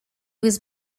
was